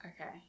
Okay